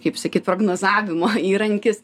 kaip sakyt prognozavimo įrankis